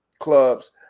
clubs